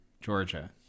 Georgia